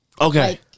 Okay